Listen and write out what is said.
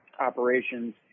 operations